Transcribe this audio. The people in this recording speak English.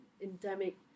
endemic